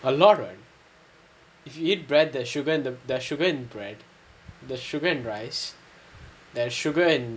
a lot [what] if you eat bread there's sugar in bread there's sugar in rice there's sugar in